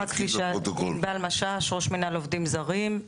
אני ראש מינהל עובדים זרים.